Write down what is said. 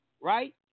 Right